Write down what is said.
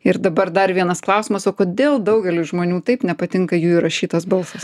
ir dabar dar vienas klausimas o kodėl daugeliui žmonių taip nepatinka jų įrašytas balsas